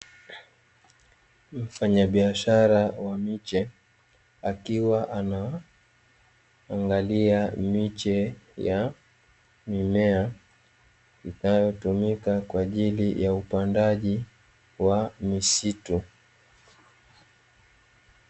Mfanyabishara wa miche akiwa anaangalia miche ya mimea, inayotumika kwa ajili ya upandaji wa misitu.